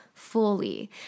Fully